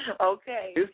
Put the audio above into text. Okay